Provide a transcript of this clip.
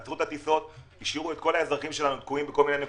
עצרו את הטיסות והשאירו אזרחים תקועים בעולם.